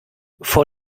vor